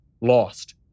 Lost